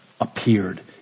appeared